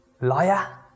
liar